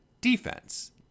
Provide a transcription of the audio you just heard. defense